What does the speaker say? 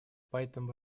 поэтому